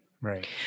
right